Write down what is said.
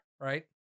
right